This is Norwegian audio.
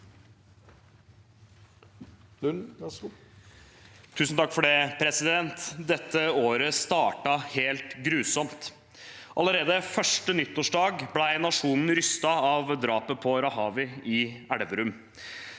Lund (R) Dette året startet helt grusomt. Allerede første nyttårsdag ble nasjonen rystet av drapet på Rahavy i Elverum,